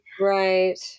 Right